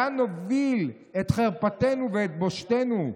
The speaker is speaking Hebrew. לאן נוביל את חרפתנו ואת בושתנו?